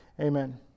Amen